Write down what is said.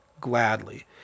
gladly